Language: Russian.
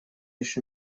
лишь